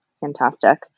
Fantastic